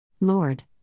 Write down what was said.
Lord